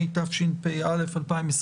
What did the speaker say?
התשפ"א-2021.